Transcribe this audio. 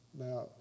Now